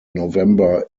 november